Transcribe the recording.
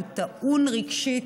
שהוא טעון רגשית,